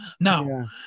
Now